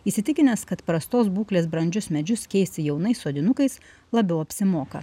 įsitikinęs kad prastos būklės brandžius medžius keisti jaunais sodinukais labiau apsimoka